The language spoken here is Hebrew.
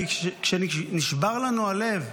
כי נשבר לנו הלב,